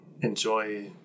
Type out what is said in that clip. enjoy